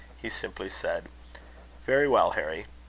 he simply said very well, harry,